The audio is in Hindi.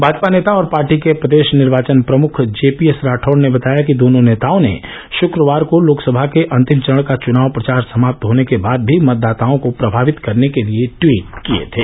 भाजपा नेता और पार्टी के प्रदेश निर्वाचन प्रबंधन प्रमुख जे पी एस राठौड़ ने बताया कि दोनों नेताओं ने शुक्रवार को लोकसभा के अंतिम चरण का चुनाव प्रचार समाप्त होने के बाद भी मतदाताओं को प्रभावित करने के लिए ट्वीट किए थे